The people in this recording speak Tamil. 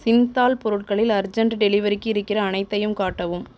சின்தால் பொருட்களில் அர்ஜெண்ட் டெலிவரிக்கு இருக்கிற அனைத்தையும் காட்டவும்